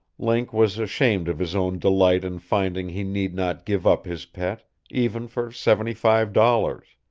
link was ashamed of his own delight in finding he need not give up his pet even for seventy-five dollars.